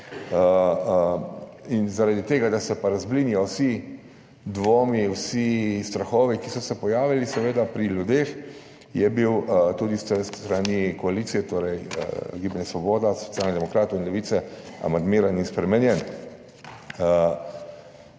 zaradi tega, da se pa razblinijo vsi dvomi, vsi strahovi, ki so se pojavili seveda pri ljudeh, je bil tudi s strani koalicije, torej Gibanja Svoboda, Socialnih demokratov in Levice, amandmiran in spremenjen.